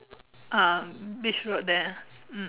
ah beach road there ah mm